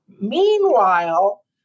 Meanwhile